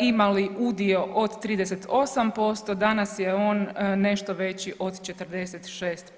imali udio od 38%, danas je on nešto veći od 46%